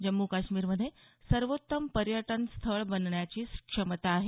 जम्म् काश्मीरमध्ये सर्वोत्तम पर्यटन स्थळ बनण्याची क्षमता आहे